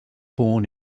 born